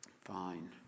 fine